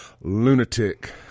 lunatic